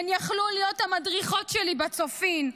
הן יכלו להיות המדריכות שלי בצופים.